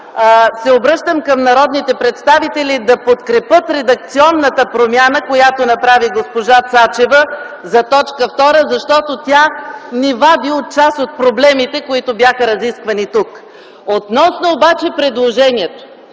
се обръщам към народните представители да подкрепят редакционната промяна, която направи госпожа Цачева за т. 2, защото тя ни вади от част от проблемите, които бяха разисквани тук. Обаче относно предложението